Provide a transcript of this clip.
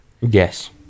yes